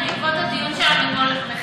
בעקבות הדיון שלנו,